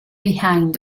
behind